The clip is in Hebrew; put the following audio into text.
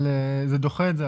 אבל זה דוחה את זה,